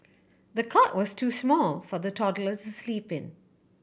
the cot was too small for the toddler to sleep in